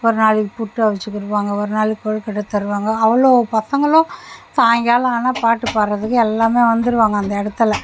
ஒரு நாளைக்கி புட்டு அவிச்சு கொடுப்பாங்க ஒரு நாளைக்கு கொழுக்கட்டை தருவாங்க அவ்வளோ பசங்களும் சாயங்காலம் ஆனால் பாட்டு பாடுறதுக்கு எல்லாமே வந்துருவாங்க அந்த இடத்துல